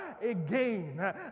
again